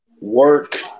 work